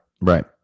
right